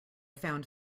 found